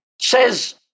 says